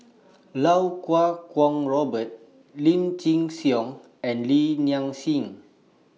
Iau Kuo Kwong Robert Lim Chin Siong and Li Nanxing